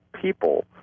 people